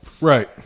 right